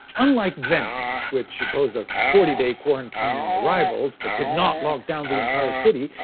unlike venice, which imposed a forty day quarantine on arrivals, but did not lock down the entire city,